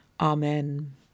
Amen